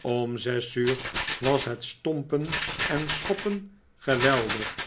om zes uur was het stompen en schoppen geweldig